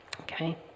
Okay